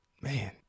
man